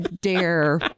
dare